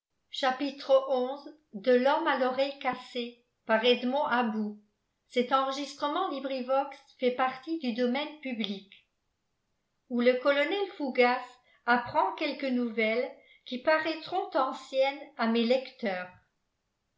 où le colonel fougas apprend quelques nouvelles qui paraîtront anciennes à mes lecteurs